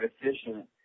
efficient